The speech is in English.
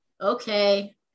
okay